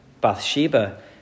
Bathsheba